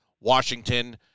Washington